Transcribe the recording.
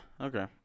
okay